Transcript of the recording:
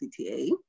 CTA